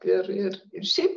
ir ir ir šiaip